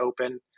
open